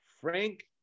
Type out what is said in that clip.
Frank